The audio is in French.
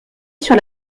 sur